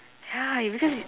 ya it because it